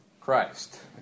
Christ